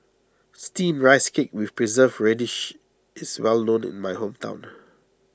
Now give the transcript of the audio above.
Steamed Rice Cake with Preserved Radish is well known in my hometown